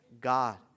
God